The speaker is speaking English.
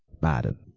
madam,